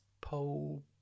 Pole